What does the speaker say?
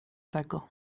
tego